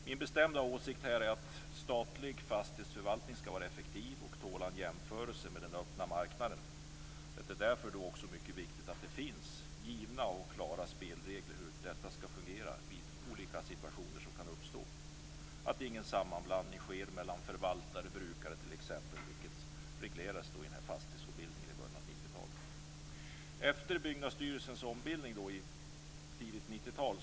Min bestämda åsikt är att statlig fastighetsförvaltning skall vara effektiv och tåla en jämförelse med den öppna marknaden. Det är också mycket viktigt att det finns givna och klara spelregler för hur detta skall fungera vid olika situationer som kan uppstå, så att ingen sammanblandning sker mellan förvaltare och brukare, vilket reglerades i fastighetsombildningen i början av 90-talet.